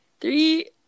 three